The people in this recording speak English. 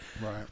right